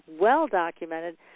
well-documented